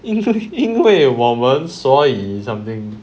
因为我们所以 something